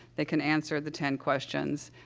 they can answer the ten questions,